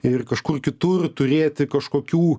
ir kažkur kitur turėti kažkokių